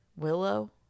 Willow